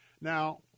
Now